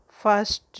first